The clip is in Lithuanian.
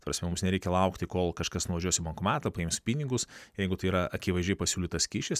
ta prasme mums nereikia laukti kol kažkas nuvažiuos į bankomatą paims pinigus jeigu tai yra akivaizdžiai pasiūlytas kyšis